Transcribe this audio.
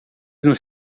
nos